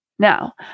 Now